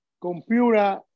Computer